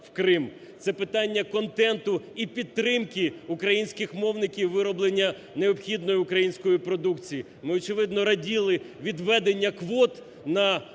Це питання контенту і підтримки українських мовників, вироблення необхідної української продукції. Ми очевидно раділи від введення квот на